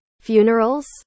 Funerals